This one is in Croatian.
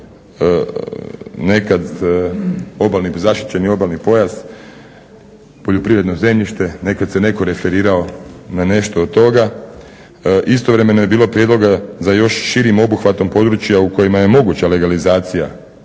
nekad zaštićeni obalni pojas, poljoprivredno zemljište, nekad se neko referirao na nešto od toga. Istovremeno je bilo prijedloga za još širim obuhvatom područja u kojima je moguća legalizacija,